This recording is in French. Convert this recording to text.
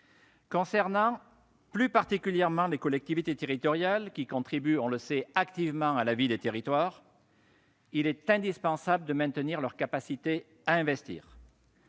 concerne plus particulièrement les collectivités locales, qui contribuent activement, on le sait, à la vie des territoires, il est indispensable de maintenir leur capacité à investir.